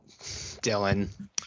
Dylan